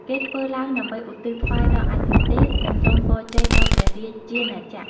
គេធ្វើឡើងដើម្បីឧទ្ទិសថ្វាយដល់អាទិទេព និងសូមពរជ័យដល់ព្រះរាជាណាចក្រ។